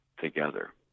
together